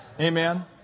Amen